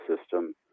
system